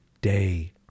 day